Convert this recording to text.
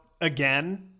again